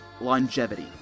longevity